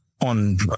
on